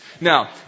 Now